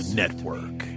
network